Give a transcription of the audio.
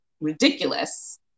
ridiculous